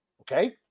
Okay